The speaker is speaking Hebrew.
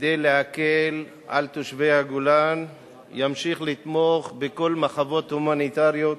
כדי להקל על תושבי הגולן וימשיך לתמוך בכל המחוות ההומניטריות.